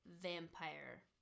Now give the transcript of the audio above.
vampire